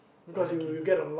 oh okay okay